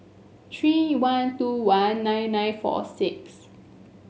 three one two one nine nine four six